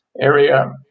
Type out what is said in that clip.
area